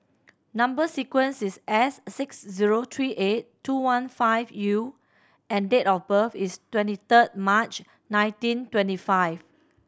number sequence is S six zero three eight two one five U and date of birth is twenty third March nineteen twenty five